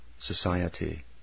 society